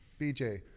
BJ